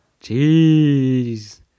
Jeez